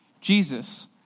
Jesus